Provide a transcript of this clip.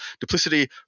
Duplicity